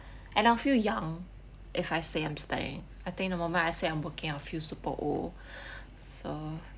and I'll feel young if I say I'm studying I think the moment I say I'm working I feel super old so